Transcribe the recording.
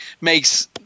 makes